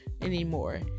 anymore